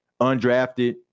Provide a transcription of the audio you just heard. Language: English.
undrafted